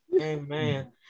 Amen